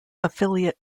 affiliate